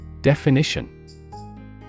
Definition